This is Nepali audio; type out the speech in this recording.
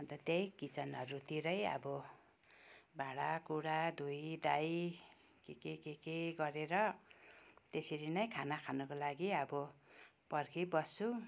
अन्त त्यही किचनहरूतिरै अब भाँडाकुँडा धुइधाई केके केके गरेर त्यसरी नै खाना खानुको लागि अब पर्खिबस्छु